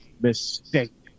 mistake